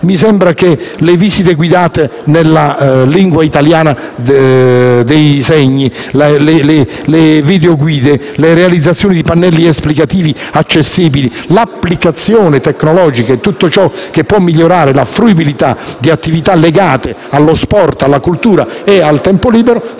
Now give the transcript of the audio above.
Mi sembra che le visite guidate nella lingua italiana dei segni, le videoguide, la realizzazione di pannelli esplicativi accessibili, le applicazioni tecnologiche e tutto ciò che può migliorare la fruibilità di attività legate allo sport, alla cultura ed al tempo libero